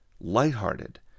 Lighthearted